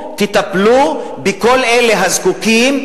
תטפלו בכל אלה הזקוקים,